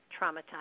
traumatized